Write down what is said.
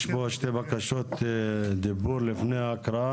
יש פה שתי בקשות דיבור לפני ההקראה,